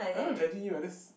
I'm not judging you I just